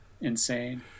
insane